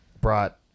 brought